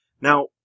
Now